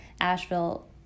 Asheville